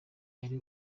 yari